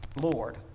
Lord